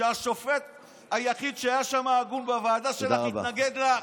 השופט היחיד שהיה הגון בוועדה שלך, התנגד לך.